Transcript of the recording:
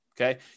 okay